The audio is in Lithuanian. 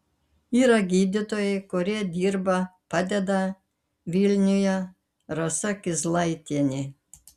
yra gydytojai kurie dirba padeda vilniuje rasa kizlaitienė